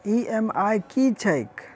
EMI की छैक?